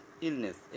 illness।